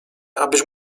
abyś